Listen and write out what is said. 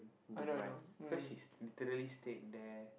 in Dubai cause she's literally stayed there